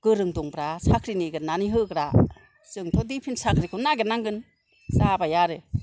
गोरों दंब्रा साख्रि निगिरनानै होग्रा जोंथ' दिफेन्स साख्रिखौनो नागिरनांगोन जाबाय आरो